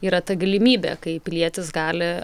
yra ta galimybė kai pilietis gali